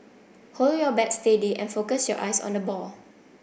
hold your bat steady and focus your eyes on the ball